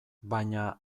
baina